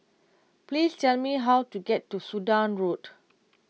please tell me how to get to Sudan Road